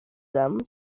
them